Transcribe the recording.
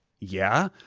yeah.